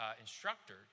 instructor